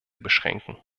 beschränken